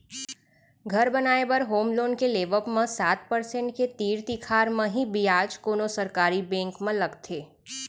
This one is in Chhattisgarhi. घर बनाए बर होम लोन के लेवब म सात परसेंट के तीर तिखार म ही बियाज कोनो सरकारी बेंक म लगथे